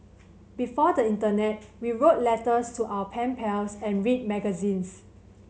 before the internet we wrote letters to our pen pals and read magazines